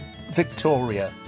Victoria